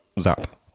Zap